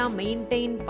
maintain